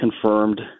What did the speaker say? confirmed